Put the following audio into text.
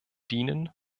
dienen